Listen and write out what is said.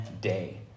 day